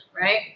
Right